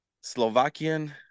slovakian